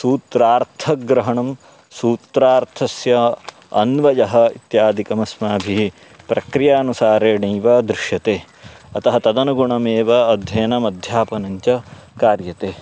सूत्रार्थग्रहणं सूत्रार्थस्य अन्वयः इत्यादिकम् अस्माभिः प्रक्रियानुसारेणैव दृश्यते अतः तदनुगुणमेव अध्ययनम् अध्यापनं च कार्यते